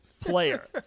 player